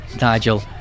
Nigel